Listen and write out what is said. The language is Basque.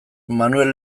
manuel